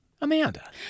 Amanda